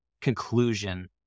conclusion